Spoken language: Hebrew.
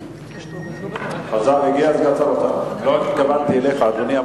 לא התכוונתי אליך, אדוני.